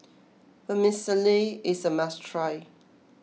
Vermicelli is a must try